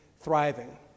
thriving